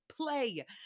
play